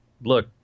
look